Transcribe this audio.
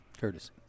Curtis